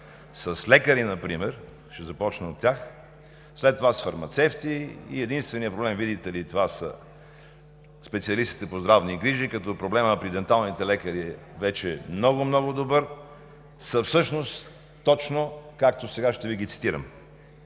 с лекари например, ще започна от тях, след това с фармацевти и единственият проблем, видите ли, това са специалистите по здравни грижи, като проблемът при денталните лекари вече е много, много добър, всъщност са точно както сега ще Ви ги цитирам: